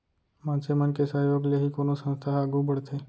मनसे मन के सहयोग ले ही कोनो संस्था ह आघू बड़थे